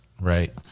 right